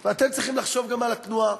ואתם צריכים לחשוב גם על התנועה,